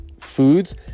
foods